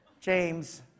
James